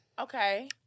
Okay